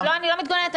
אני לא מתגוננת,